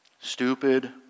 stupid